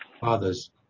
Fathers